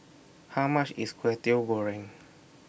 How much IS Kwetiau Goreng